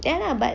ya lah but